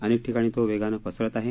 अनेक ठिकाणी तो वेगाने पसरत आहे